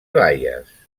baies